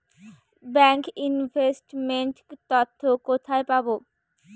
Bank investment তথ্য কোথায় পাব?